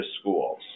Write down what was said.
schools